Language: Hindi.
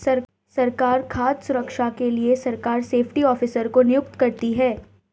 सरकार खाद्य सुरक्षा के लिए सरकार सेफ्टी ऑफिसर को नियुक्त करती है